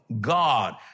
God